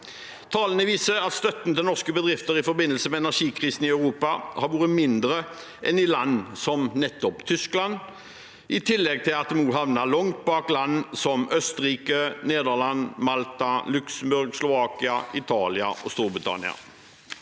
Tallene viser at støtten til norske bedrifter i forbindelse med energikrisen i Europa har vært mindre enn i land som Tyskland, i tillegg til at vi nå havner langt bak land som Østerrike, Nederland, Malta, Luxembourg, Slovakia, Italia og Storbritannia.